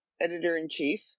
editor-in-chief